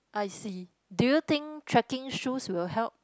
I see do you think trekking shoes will help